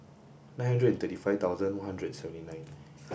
nine hundred thirty five thousand one hundred seventy nine